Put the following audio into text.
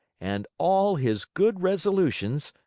and all his good resolutions,